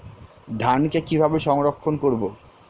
ধানকে কিভাবে সংরক্ষণ করব?